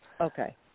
Okay